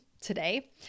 today